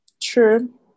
True